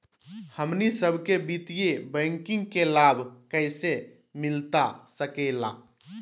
हमनी सबके वित्तीय बैंकिंग के लाभ कैसे मिलता सके ला?